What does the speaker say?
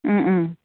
अँ अँ